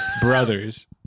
Brothers